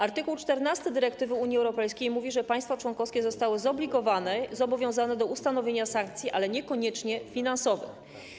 Art. 14 dyrektywy Unii Europejskiej mówi bowiem, że państwa członkowskie zostały zobligowane, zobowiązane do ustanowienia sankcji, ale niekoniecznie finansowych.